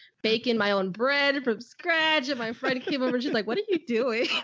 bacon, my own bread from scratch. and my friend came over, she's like, what are you doing?